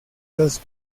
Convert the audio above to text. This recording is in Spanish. los